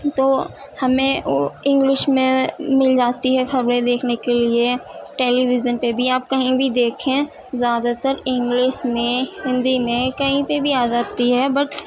تو ہمیں انگلش میں مل جاتی ہے خبریں دیکھنے کے لیے ٹیلیویژن پہ بھی آپ کہیں بھی دیکھیں زیادہ تر انگلش میں ہندی میں کہیں پہ بھی آ جاتی ہے بٹ